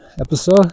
episode